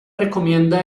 recomienda